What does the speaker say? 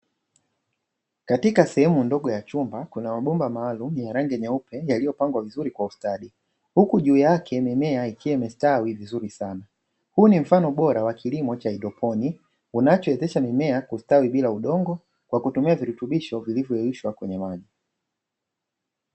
Katika sehemu ndogo ya chumba kuna mabomba maalumu ya rangi nyeupe yaliyopangwa vizuri kwa ustadi ,huku juu yake mimea ikiwa imestawi vizuri sana. Huu ni mfano bora wa kilimo cha haidroponi kinachowezesha mimea kustawi bila udongo kwa kutumia virutubisho vilivyoyeyushwa kwenye maji.